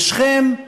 בשכם,